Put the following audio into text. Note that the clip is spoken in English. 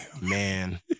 Man